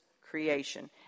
creation